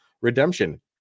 redemption